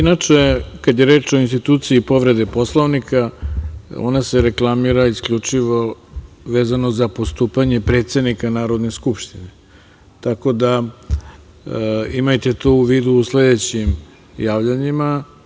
Inače, kada je reč o instituciji povrede Poslovnika, ona se reklamira isključivo vezano za postupanje predsednika Narodne skupštine, tako da, imajte to u vidu u sledećim javljanjima.